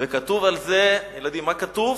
וכתוב על זה, ילדים, מה כתוב?